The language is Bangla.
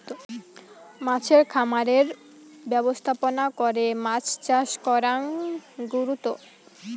মাছের খামারের ব্যবস্থাপনা করে মাছ চাষ করাং গুরুত্ব